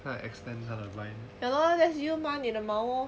可以 extend 他的 vine